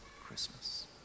Christmas